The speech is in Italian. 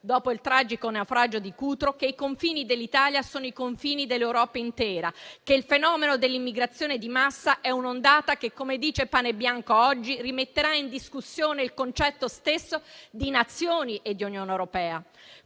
dopo il tragico naufragio di Cutro, che i confini dell'Italia sono i confini dell'Europa intera, che il fenomeno dell'immigrazione di massa è un'ondata che, come dice Panebianco oggi, rimetterà in discussione il concetto stesso di Nazioni e di Unione europea.